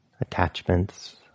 attachments